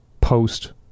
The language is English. post-